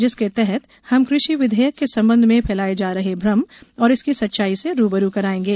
जिसके तहत हम कृषि विधेयक के संबंध में फैलाये जा रहे भ्रम और इसकी सच्चाई से रूबरू करायेंगे